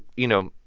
you know.